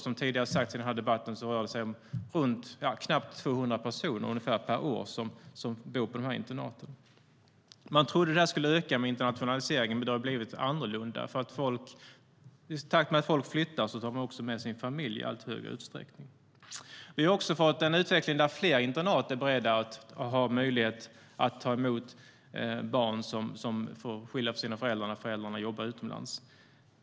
Som tidigare har sagts i den här debatten rör det sig om knappt 200 personer per år som bor på dessa internat. Vi har också fått en utveckling där fler internat är beredda och har möjlighet att ta emot barn som skiljs från sina föräldrar när dessa jobbar utomlands.